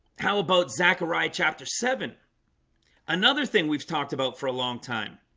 how about zechariah chapter seven another thing we've talked about for a long time